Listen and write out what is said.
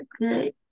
good